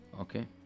Okay